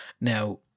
Now